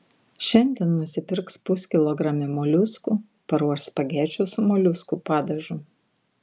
šiandien nusipirks puskilogramį moliuskų paruoš spagečių su moliuskų padažu